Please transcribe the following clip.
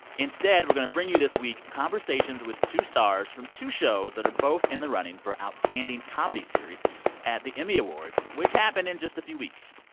instead, we're going to bring you, this week, conversations with two stars from two shows that are both in the running for outstanding comedy series at the emmy awards, which happen in just a few weeks.